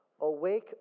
Awake